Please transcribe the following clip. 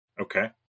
Okay